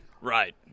Right